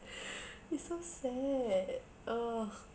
it's so sad ugh